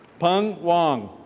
peng wang.